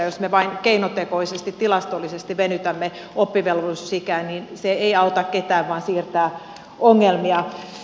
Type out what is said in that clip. jos me vain keinotekoisesti tilastollisesti venytämme oppivelvollisuusikää niin se ei auta ketään vaan siirtää ongelmia